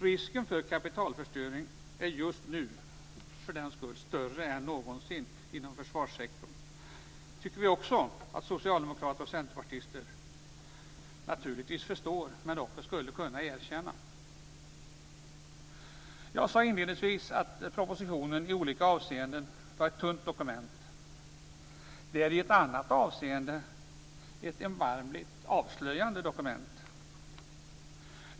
Risken för kapitalförstöring är just nu större än någonsin inom försvarssektorn. Det tycker socialdemokrater och centerpartister naturligtvis också men skulle också kunna erkänna. Jag sade inledningsvis att propositionen i olika avseenden var ett tunt dokument. Den är i ett annat avseende ett erbarmligt avslöjande dokument.